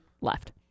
left